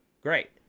great